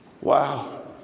Wow